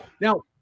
Now